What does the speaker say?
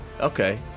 Okay